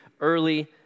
early